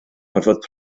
gorfod